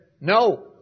No